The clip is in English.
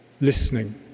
listening